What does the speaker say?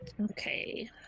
Okay